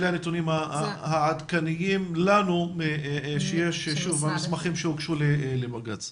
אלה הנתונים העדכניים לנו שיש במסמכים שהוגשו למרכז המחקר.